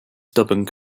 stubborn